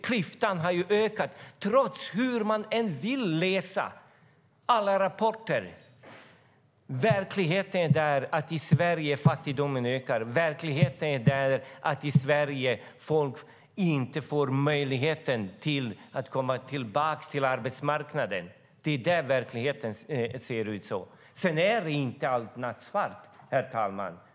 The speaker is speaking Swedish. Klyftan har ökat, hur man än vill läsa alla rapporter. Verkligheten är att fattigdomen ökar i Sverige. Verkligheten är att folk i Sverige inte får möjlighet att komma tillbaka till arbetsmarknaden. Det är så verkligheten ser ut. Allt är inte nattsvart, herr talman.